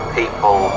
people